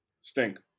stink